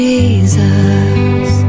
Jesus